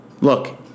Look